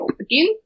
again